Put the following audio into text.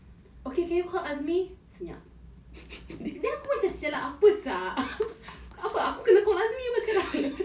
um everyone can hear me right nod nod will be nice tak ada sikit ah satu dua tiga budak aku nod okay can you call azmi senyap